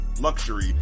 luxury